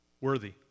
worthy